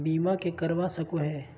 बीमा के करवा सको है?